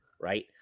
right